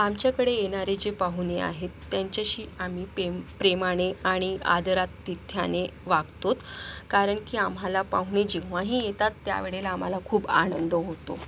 आमच्याकडे येणारे जे पाहुणे आहेत त्यांच्याशी आम्ही पेम प्रेमाने आणि आदरातिथ्याने वागतो कारण की आम्हाला पाहुणे जेव्हाही येतात त्यावेळेला आम्हाला खूप आनंद होतो